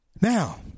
Now